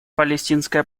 палестинская